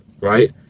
right